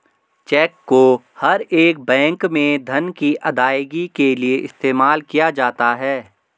check को हर एक बैंक में धन की अदायगी के लिये इस्तेमाल किया जाता है